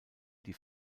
die